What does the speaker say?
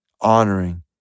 honoring